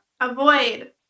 avoid